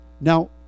Now